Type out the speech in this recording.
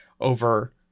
over